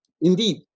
Indeed